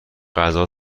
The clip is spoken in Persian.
غذا